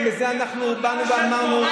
בגלל זה אנחנו באנו ואמרנו,